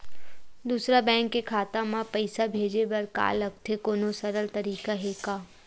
दूसरा बैंक के खाता मा पईसा भेजे बर का लगथे कोनो सरल तरीका हे का?